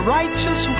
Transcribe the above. righteous